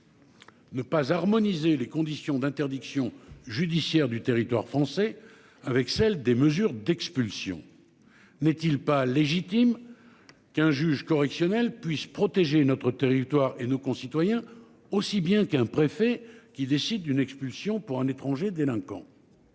Ne pas harmoniser les conditions d'interdiction judiciaire du territoire français avec celle des mesures d'expulsion. N'est-il pas légitime. Qu'un juge correctionnel puisse protéger notre territoire et nos concitoyens aussi bien qu'un préfet qui décide d'une expulsion pour un étranger délinquant.